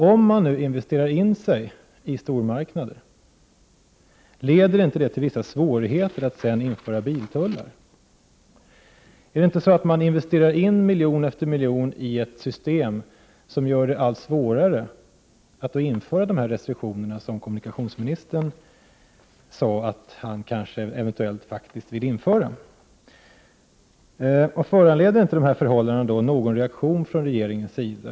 Om man investerar i stormarknader, leder inte det till vissa svårigheter att sedan införa biltullar? Är det inte så att man investerar miljon efter miljon i ett system som gör det allt svårare att införa de restriktioner som kommunikationsministern sade att han kanske eventuellt faktiskt ville införa? Föranleder inte dessa förhållanden någon reaktion från regeringens sida?